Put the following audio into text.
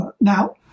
Now